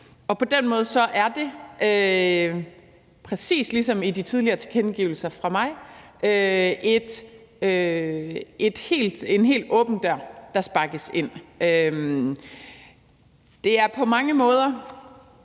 På den måde er det, præcis ligesom i de tidligere tilkendegivelser fra mig, en helt åben dør, der sparkes ind. Det er på mange måder